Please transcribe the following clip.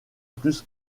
plus